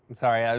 sorry, yeah